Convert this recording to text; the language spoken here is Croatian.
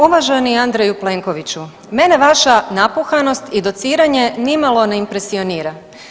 Uvaženi Andreju Plenkoviću mene vaša napuhanost i dociranje nimalo ne impresionira.